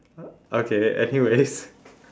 okay anyways